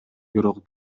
бирок